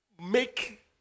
Make